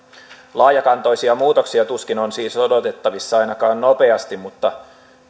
laajakantoisia muutoksia tuskin on siis odotettavissa ainakaan nopeasti mutta